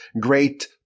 great